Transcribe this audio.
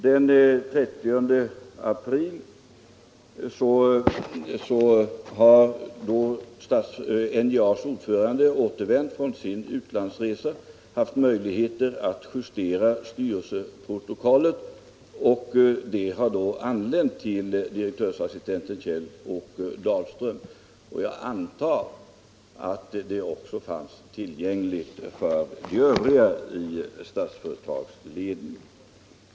Den 12 maj hade NJA:s ordförande återvänt från sin utlandsresa och kunde då justera styrelseprotokollet. Direktörsassistenten Kjell-Åke Dahlström hade enligt uppgift tillgång till ett ojusterat styrelseprotokoll redan den 30 april. Jag antar att det då också fanns tillgängligt för de övriga i Statsföretags ledning.